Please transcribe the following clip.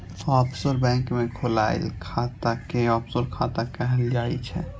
offshore bank मे खोलाएल खाता कें ऑफसोर खाता कहल जाइ छै